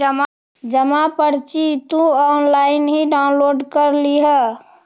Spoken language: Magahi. जमा पर्ची तुम ऑनलाइन ही डाउनलोड कर लियह